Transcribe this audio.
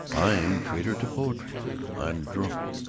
i'm traitor to poetry. i'm drunk.